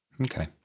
Okay